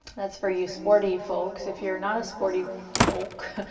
that's for you sporty folks. if you're not a sporty folk,